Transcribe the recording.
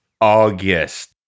August